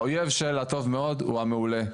האויב של הטוב מאוד הוא המעולה.